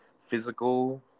physical